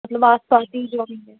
مطلب آس پاس ہی جاب ملے